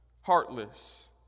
heartless